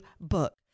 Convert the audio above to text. book